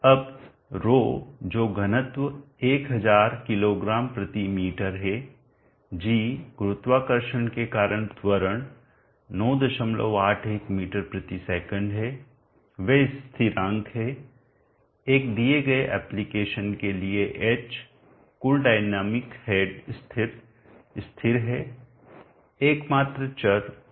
अब ρ जो घनत्व 1000 किग्रा मी है g गुरुत्वाकर्षण के कारण त्वरण 981 मीटर सेकंड है वे स्थिरांक हैं एक दिए गए एप्लीकेशन के लिए h कुल डायनेमिक हेड स्थिर स्थिर है एकमात्र चर Q होगा